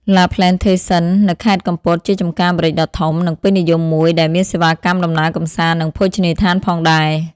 La Plantation នៅខេត្តកំពតជាចម្ការម្រេចដ៏ធំ និងពេញនិយមមួយ ដែលមានសេវាកម្មដំណើរកម្សាន្ត និងភោជនីយដ្ឋានផងដែរ ។